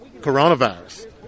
coronavirus